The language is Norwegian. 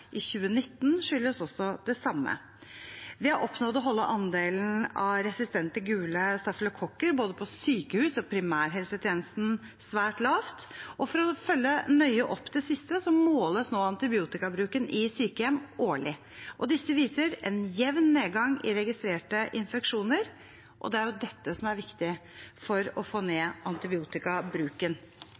i 2019, skyldes også det samme. Vi har oppnådd å holde andelen av resistente gule stafylokokker, både på sykehus og primærhelsetjenesten, svært lav, og for å følge nøye opp det siste måles nå antibiotikabruken i sykehjem årlig. Disse viser en jevn nedgang i registrerte infeksjoner, og det er jo dette som er viktig for å få ned antibiotikabruken.